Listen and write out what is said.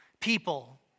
people